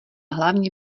hlavně